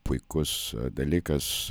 puikus dalykas